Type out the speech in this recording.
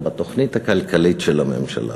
או בתוכנית הכלכלית של הממשלה,